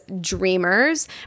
dreamers